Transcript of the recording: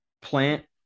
plant